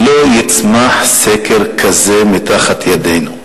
לא יצמח סקר כזה מתחת ידינו.